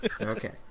Okay